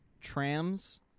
trams